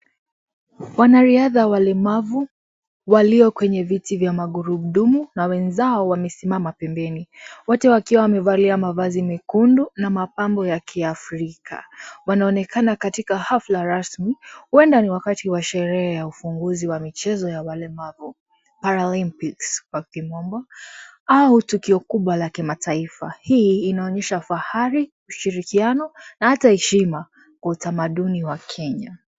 Wanariadha walemavu walio kwenye viti vya magurudumu na wenzao wamesimama pembeni, wote wakiwa wamevalia mavazi mekundu na mapambo ya kiafrika, wanaonekana katika hafla rasmi huenda ni wakati wa sherehe ya ufunguzi wa michezo ya walemavu, paralympics kwa kimombo au tukio kubwa la kimataifa hii inaonyesha fahari ushirikiano na hata heshima kwa utamaduni wa Kenya.